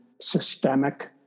systemic